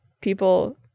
people